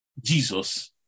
Jesus